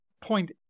point